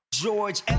George